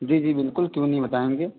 جی جی بالکل کیوں نہیں بتائیں گے